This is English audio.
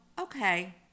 okay